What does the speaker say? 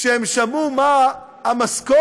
כשהם שמעו מה המשכורת,